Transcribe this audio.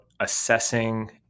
assessing